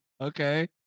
Okay